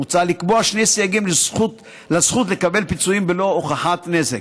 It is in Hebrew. מוצע לקבוע שני סייגים לזכות לקבל פיצויים בלא הוכחת נזק: